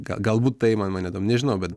ga galbūt tai man mane domina nežinau bet